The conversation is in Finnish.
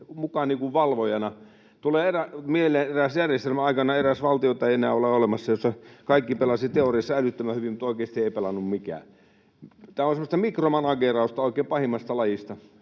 muka valvojana. Tulee mieleen eräs järjestelmä aikanaan, eräs valtio, jota ei enää ole olemassa, jossa kaikki pelasi teoriassa älyttömän hyvin, mutta oikeasti ei pelannut mikään. Tämä on semmoista mikromanageerausta oikein pahimmasta lajista.